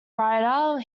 writer